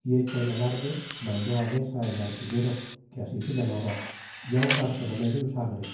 y hecho el alarde mandó mesa el artillero que así se llamaba y un bartolomé de usagre